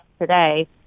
today